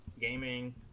gaming